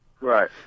Right